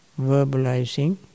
verbalizing